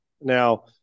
Now